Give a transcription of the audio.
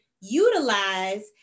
utilize